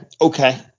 okay